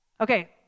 Okay